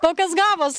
tokios gavos